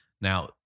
now